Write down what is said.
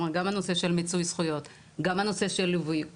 גם הנושא של מיצוי זכויות, גם הנושא של ליווי.